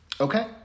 Okay